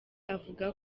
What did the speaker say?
avuga